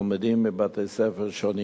תלמידים מבתי-ספר שונים.